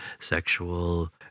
sexual